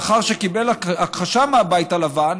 לאחר שקיבל הכחשה מהבית הלבן,